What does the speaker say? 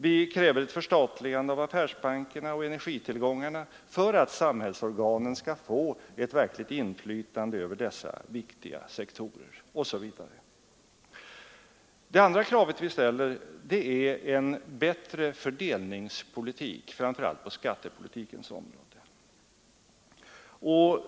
Vi kräver ett förstatligande av affärsbankerna och energitillgångarna för att samhällsorganen skall få ett verkligt inflytande över dessa viktiga sektorer. Det andra kravet som vi ställer är en bättre fördelningspolitik, framför allt på skattepolitikens område.